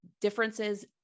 differences